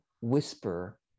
whisper